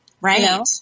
Right